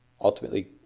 ultimately